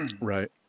Right